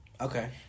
Okay